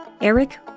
Eric